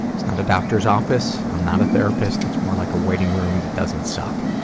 it's not a doctors' office. i'm not a therapist. it's more like a waiting room that doesn't suck.